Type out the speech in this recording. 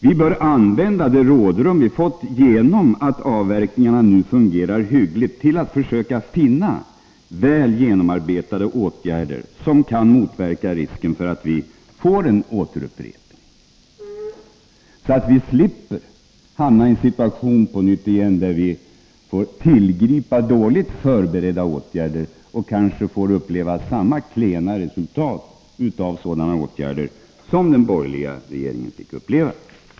Vi bör använda det rådrum som vi fått genom att avverkningarna nu fungerar hyggligt, till att söka finna väl genomarbetade åtgärder som kan motverka risken för att vi får en återupprepning av tidigare svårigheter. Vi slipper då på nytt hamna i en situation där vi får tillgripa dåligt förberedda åtgärder och kanske får samma klena resultat av sådana åtgärder som den borgerliga regeringen fick uppleva.